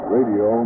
Radio